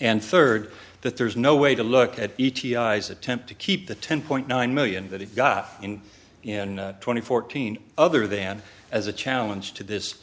and third that there's no way to look at each attempt to keep the ten point nine million that he got in in twenty fourteen other than as a challenge to this